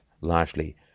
largely